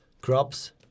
crops